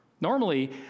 Normally